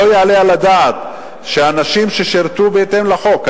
לא יעלה על הדעת שאנשים שירתו בהתאם לחוק,